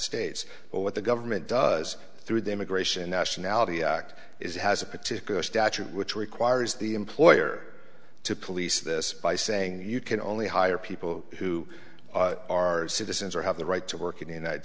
states but what the government does through the immigration and nationality act is has a particular statute which requires the employer to police this by saying you can only hire people who are citizens or have the right to work in the united